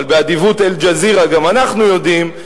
אבל באדיבות "אל-ג'זירה" גם אנחנו יודעים,